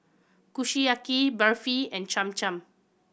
Kushiyaki Barfi and Cham Cham